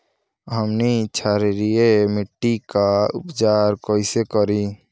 हमनी क्षारीय मिट्टी क उपचार कइसे करी?